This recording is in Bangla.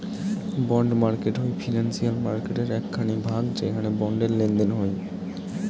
বন্ড মার্কেট হই ফিনান্সিয়াল মার্কেটের এক খানি ভাগ যেখানে বন্ডের লেনদেন হই